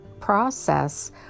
process